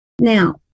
Now